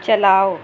چلاؤ